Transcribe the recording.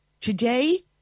today